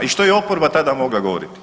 I što je oporba tada mogla govoriti?